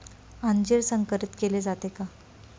अंजीर संकरित केले जाते का?